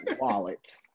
wallet